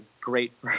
great